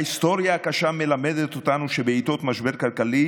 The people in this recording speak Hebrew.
ההיסטוריה הקשה מלמדת אותנו שבעיתות משבר כלכלי